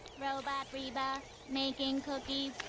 robot reba making cookies.